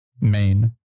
Main